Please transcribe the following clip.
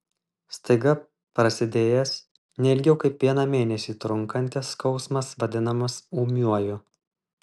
staiga prasidėjęs ne ilgiau kaip vieną mėnesį trunkantis skausmas vadinamas ūmiuoju